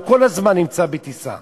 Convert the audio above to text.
הוא כל הזמן נמצא בטיסה.